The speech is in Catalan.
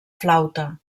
flauta